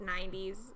90s